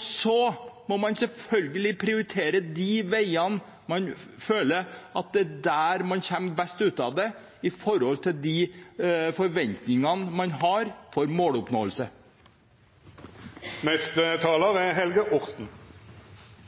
Så må man selvfølgelig prioritere de veiene der man føler at man kommer best ut av det sett i forhold til de forventningene man har for måloppnåelse.